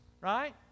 right